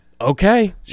Okay